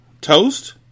Toast